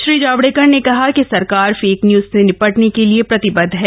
श्री जावड़ेकर ने कहा कि सरकार फेक न्यूज से निपटने के लिए प्रतिबद्ध है